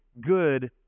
good